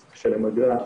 צריך לשלם אגרה,